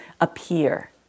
appear